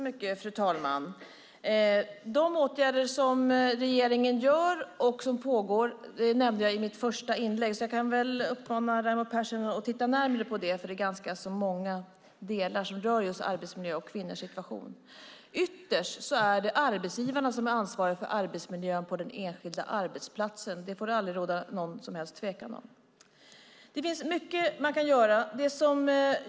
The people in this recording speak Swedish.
Fru talman! Regeringens pågående åtgärder nämnde jag i mitt första inlägg. Jag uppmanar Raimo Pärssinen att titta närmare på det, för det är ganska många delar som rör just arbetsmiljö och kvinnors situation. Ytterst är det arbetsgivarna som är ansvariga för arbetsmiljön på den enskilda arbetsplatsen. Det får det aldrig råda någon som helst tvekan om. Det finns mycket man kan göra.